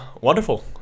Wonderful